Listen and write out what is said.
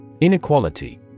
Inequality